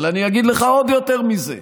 אבל אני אגיד לך עוד יותר מזה,